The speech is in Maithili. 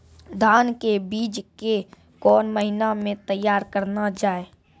धान के बीज के बीच कौन महीना मैं तैयार करना जाए?